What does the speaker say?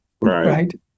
right